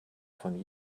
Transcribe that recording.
von